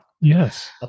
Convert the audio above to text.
Yes